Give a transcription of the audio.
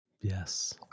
Yes